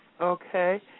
okay